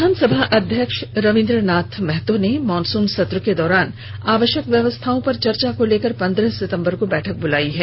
विधानसभाध्यक्ष रवींद्र नाथ महतो ने मॉनसून सत्र के दौरान आवश्यक व्यवस्थाओं पर चर्चा को लेकर पन्द्रह सितंबर को बैठक बुलाई है